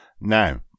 Now